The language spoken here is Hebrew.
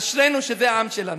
אשרינו שזה העם שלנו.